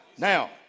Now